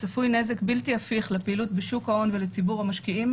צפוי נזק בלתי הפיך לפעילות בשוק ההון ולציבור המשקיעים